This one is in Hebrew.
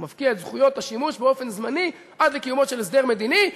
הוא מפקיע זמנית את זכויות השימוש עד לקיומו של הסדר מדיני.